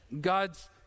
God's